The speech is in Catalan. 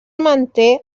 manté